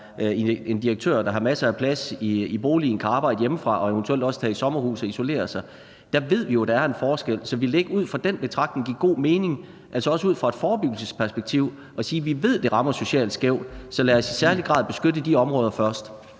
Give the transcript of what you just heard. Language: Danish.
en direktør, der har masser af plads i boligen, kan arbejde hjemmefra og eventuelt også tage i sommerhus og isolere sig. Vi ved jo, der er en forskel. Så ville det ikke ud fra den betragtning give god mening, altså også ud fra et forebyggelsesperspektiv, at sige, at vi ved, det rammer socialt skævt, så lad os i særlig grad beskytte de områder først?